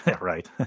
Right